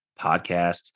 podcasts